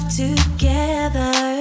together